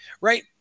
right